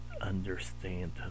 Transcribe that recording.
understand